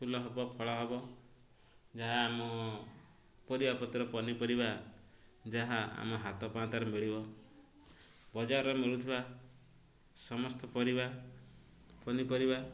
ଫୁଲ ହେବ ଫଳ ହେବ ଯାହା ଆମ ପରିବାପତ୍ର ପନିପରିବା ଯାହା ଆମ ହାତ ପାହାଁନ୍ତାରେ ମିଳିବ ବଜାରରେ ମିଳୁଥିବା ସମସ୍ତ ପରିବା ପନିପରିବା